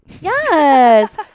Yes